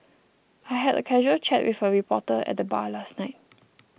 I had a casual chat with a reporter at the bar last night